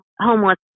homeless